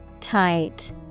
Tight